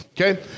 okay